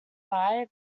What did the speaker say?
fire